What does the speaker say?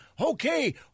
Okay